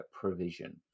provision